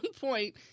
point